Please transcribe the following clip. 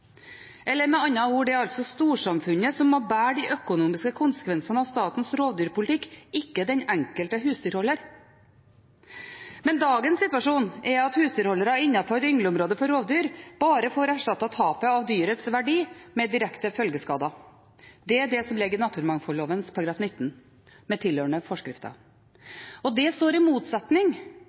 eller tiltak for å forebygge skade.» Med andre ord er det altså storsamfunnet som må bære de økonomiske konsekvensene av statens rovdyrpolitikk, ikke den enkelte husdyrholder. Men dagens situasjon er at husdyrholdere innenfor yngleområdet for rovdyr bare får erstattet tapet av dyrets verdi med direkte følgeskader. Det er det som ligger i naturmangfoldloven § 19 med tilhørende forskrifter. Det står i motsetning